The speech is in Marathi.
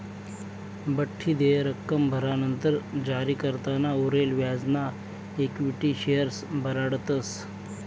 बठ्ठी देय रक्कम भरानंतर जारीकर्ताना उरेल व्याजना इक्विटी शेअर्स बनाडतस